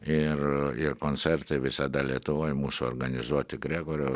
ir ir koncertai visada lietuvoj mūsų organizuoti gregorio